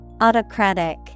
Autocratic